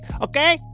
okay